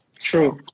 True